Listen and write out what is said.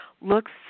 looks